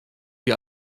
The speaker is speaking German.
wir